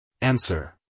Answer